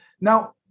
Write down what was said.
Now